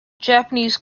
japanese